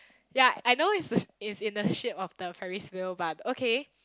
ya I know its the it's in a shape of the ferris wheel but okay